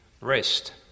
rest